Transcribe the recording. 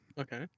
Okay